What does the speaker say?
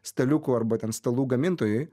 staliukų arba ten stalų gamintojui